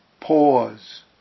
Pause